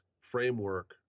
framework